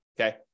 okay